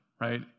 right